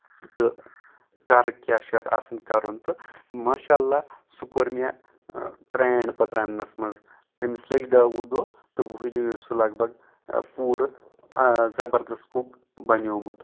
تہٕ کَر کیٚاہ چھُ یتھ آسان کَرُن تہٕ ماشااللہ سُہ کوٚر مےٚ ٹرین پَتہٕ رَنٕنَس منٛز تٔمِس لٔگۍ دہ وُہ دۄہ تہٕ وُہہِ دۄہہِ اوس سُہ لَگ بگ پوٗرٕ زبردست کُک بَنیومُت